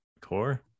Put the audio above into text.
core